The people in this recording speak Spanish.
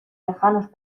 lejanos